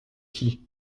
qui